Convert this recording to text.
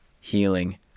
healing